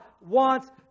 wants